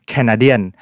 Canadian